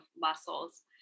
muscles